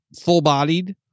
full-bodied